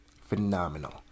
phenomenal